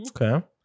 Okay